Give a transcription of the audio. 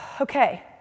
okay